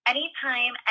Anytime